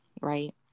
right